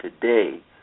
today